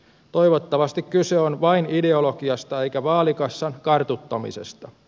toivottavasti kyse on vain ideologiasta eikä vaalikassan kartuttamisesta